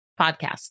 Podcast